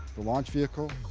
the launch vehicle,